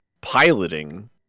piloting